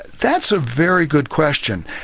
that's a very good question.